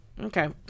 Okay